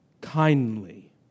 kindly